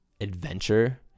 adventure